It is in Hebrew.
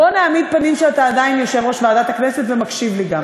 בוא נעמיד פנים שאתה עדיין יושב-ראש ועדת הכנסת ומקשיב לי גם.